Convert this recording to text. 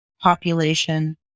population